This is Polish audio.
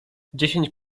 dziesięć